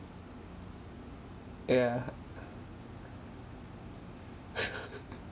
yeah